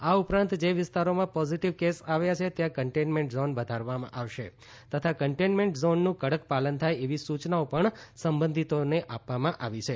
આ ઉપરાંત જે વિસ્તારોમાં પોઝિટિવ કેસ આવ્યા છે ત્યાં કન્ટેઈન્ટમેન્ટ ઝોન વધારવામાં આવશે તથા કન્ટેઈન્ટમેન્ટ ઝોનનું કડક પાલન થાય એવી સૂચનાઓ પણ સબંધિતોને આપવામાં આવી છે